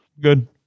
Good